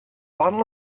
bottle